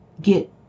get